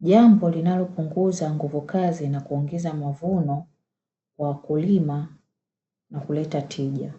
Jambo linalopunguza nguvu kazi na kuongeza mavuno kwa wakulima na kuleta tija.